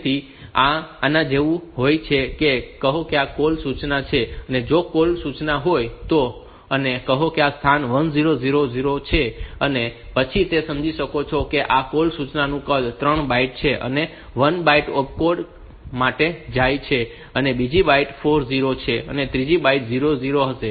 તેથી તે આના જેવું હોય છે કહો કે આ કૉલ સૂચના છે જો આ કૉલ સૂચના હોય તો અને કહો કે આ સ્થાન 1000 છે અને પછી તમે સમજી શકો છો કે આ કૉલ સૂચનાનું કદ 3 બાઈટ છે અને 1 બાઈટ ઓપકોડ કોલ માટે જાય છે અને બીજી બાઈટ 4 0 છે અને ત્રીજી બાઈટ 00 હશે